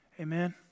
Amen